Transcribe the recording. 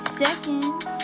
seconds